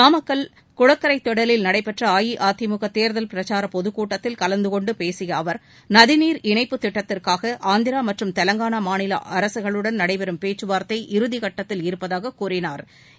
நாமக்கல் குளக்கரை திடலில் நடைபெற்ற அஇஅதிமுக தேர்தல் பிரச்சார பொதுக் கூட்டத்தில் கலந்துகொண்டு பேசிய அவர் நதிநீர் இணைப்பு திட்டத்திற்காக ஆந்திரா மற்றும் தெலங்காளா மாநில அரசுகளுடன் நடைபெறும் பேச்சுவார்த்தை இறுதி கட்டத்தில் இருப்பதாக கூறினாா்